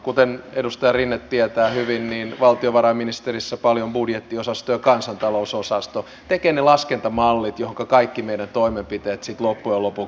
kuten edustaja rinne tietää hyvin valtiovarainministeriössä paljolti budjettiosasto ja kansantalousosasto tekevät ne laskentamallit joihinka kaikki meidän toimenpiteemme sitten loppujen lopuksi perustuvat